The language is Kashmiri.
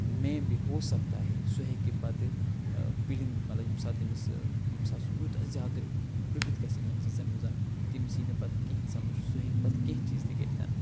مے بھی ہو سکتا ہے سُہ ہیٚکہِ پتہٕ فیٖلِنٛگ مطلب ییٚمہِ ساتہٕ تٔمِس ییٚمہِ ساتہٕ سُہ یوٗتاہ زیادٕ ڈُبِتھ گژھِ یِمَن چیٖزَن منٛز تٔمِس یی نہٕ پتہٕ کِہیٖنۍ سمجھ سُہ ہیٚکہِ پتہٕ کیٚنٛہہ چیٖز تہِ کٔرِتھ